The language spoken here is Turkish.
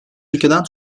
ülkeden